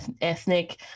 ethnic